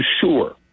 sure